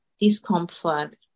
discomfort